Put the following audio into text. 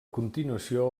continuació